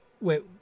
Wait